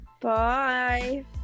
Bye